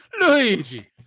Luigi